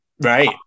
Right